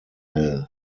mill